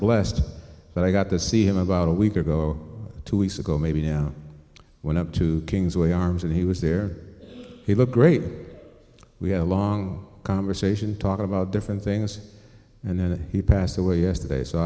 blessed that i got to see him about a week ago two weeks ago maybe now went up to king's way arms and he was there he looked great we had a long conversation talking about different things and then he passed away yesterday so